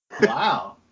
Wow